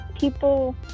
people